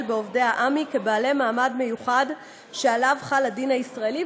בעמ"י כבעלי מעמד מיוחד שעליו חל הדין הישראלי,